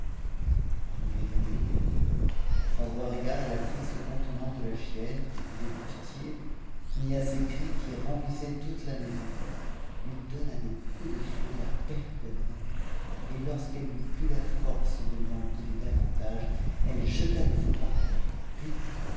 mais zobéide sans avoir égard à la triste contenance de la chienne qui faisait pitié ni à ses cris qui remplissaient toute la maison lui donna des coups de fouet à perte d'haleine et lorsqu'elle n'eut plus la force de lui en donner davantage elle jeta le fouet par terre puis